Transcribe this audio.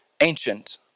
ancient